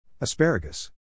Asparagus